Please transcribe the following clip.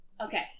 Okay